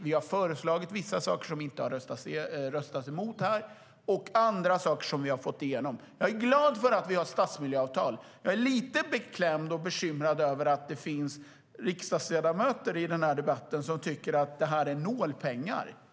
Vi har föreslagit vissa saker som har röstats ned här, och andra saker har vi fått igenom. Jag är glad för att vi har stadsmiljöavtal. Jag är lite beklämd och bekymrad över att det finns riksdagsledamöter i den här debatten som tycker att detta är nålpengar.